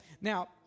Now